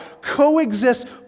coexist